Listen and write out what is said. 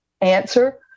answer